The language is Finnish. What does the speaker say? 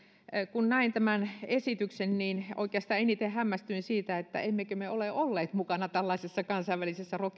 kun näin tämän esityksen niin oikeastaan eniten hämmästyin siitä että emmekö me ole olleet mukana tällaisessa kansainvälisessä